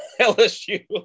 LSU